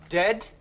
dead